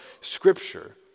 Scripture